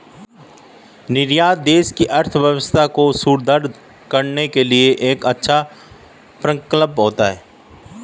निर्यात देश की अर्थव्यवस्था को सुदृढ़ करने के लिए एक अच्छा प्रकल्प होता है